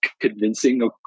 convincing